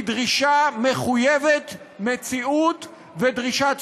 היא דרישה מחויבת מציאות ודרישה צודקת.